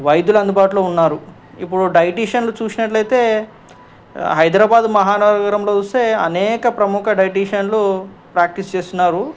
వైదుల అందుబాటులో ఉన్నారు ఇప్పుడు డైటీషియన్లు చూసినట్టు అయితే హైదరాబాద్ మహానగరంలో చూస్తే అనేక ప్రముఖ డైటీషియన్లు ప్రాక్టీస్ చేస్తున్నారు